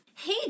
Hey